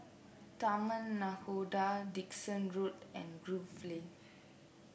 Taman Nakhoda Dickson Road and Grove Lane